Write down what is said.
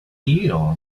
eel